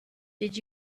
did